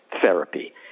therapy